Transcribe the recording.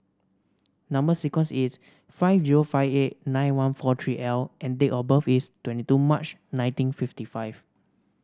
number sequence is five zero five eight nine one four three L and date of birth is twenty two March nineteen fifty five